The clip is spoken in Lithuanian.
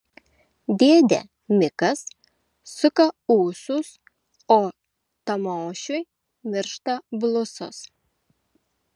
dėdė mikas suka ūsus o tamošiui miršta blusos